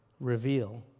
reveal